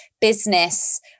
business